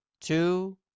Two